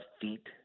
feet